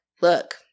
look